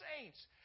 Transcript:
saints